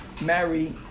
marry